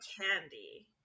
candy